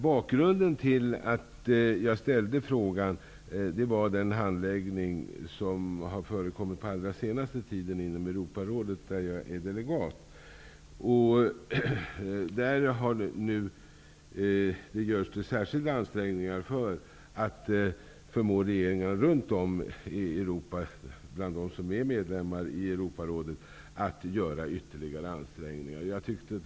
Bakgrunden till att jag ställde frågan var den handläggning som förekommit den allra senaste tiden inom Europarådet, där jag är delegat. Där görs nu särskilda ansträngningar för att förmå regeringar runt om i Europa, bland dem som är medlemmar i Europarådet, att göra ytterligare insatser.